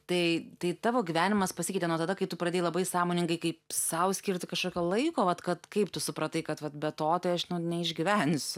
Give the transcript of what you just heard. tai tai tavo gyvenimas pasikeitė nuo tada kai tu pradėjai labai sąmoningai kaip sau skirti kažkokio laiko vat kad kaip tu supratai kad vat be to tai aš neišgyvensiu